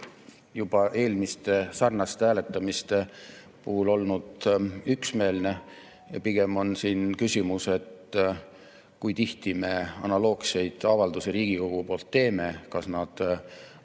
juba eelmiste sarnaste hääletamiste puhul olnud üksmeelne ja pigem on siin küsimus, kui tihti me analoogseid avaldusi Riigikogu nimel teeme ja kas nad on kõik